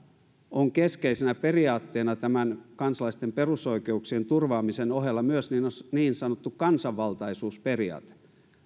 on keskeisenä periaatteena kansalaisten perusoikeuksien turvaamisen ohella myös niin sanottu kansanvaltaisuusperiaate